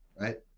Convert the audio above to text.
right